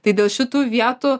tai dėl šitų vietų